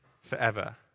forever